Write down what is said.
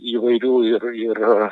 įvairių ir ir